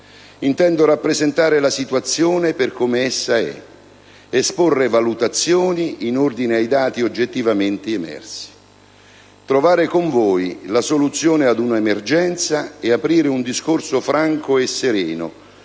Intendo rappresentare la situazione per come essa è, esporre valutazioni in ordine ai dati oggettivamente emersi. Trovare con voi la soluzione ad una emergenza e aprire un discorso franco e sereno